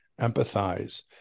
empathize